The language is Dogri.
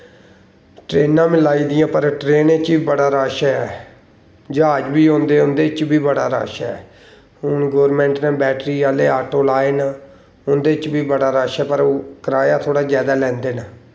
ट्रेनां बी लाई दियां पर ट्रेनें च बी बड़ा रश ऐ ज्हाज बी उ'दे च बी बड़ा रश ऐ हून गौरमैंट ने बैटरी आह्ले ऑटो लाए न उं'दे च बी बड़ा रश ऐ पर कराया थोह्ड़ा जैदा लैंदे न